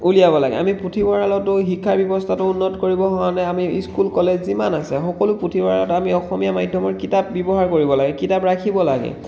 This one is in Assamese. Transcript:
উলিয়াব লাগে আমি পুথিভঁৰালতো শিক্ষা ব্যৱস্থাতো উন্নত কৰিবৰ কাৰণে আমি ইস্কুল কলেজ যিমান আছে সকলো পুথিভঁৰালত আমি অসমীয়া মাধ্যমৰ কিতাপ ব্যৱহাৰ কৰিব লাগে কিতাপ ৰাখিব লাগে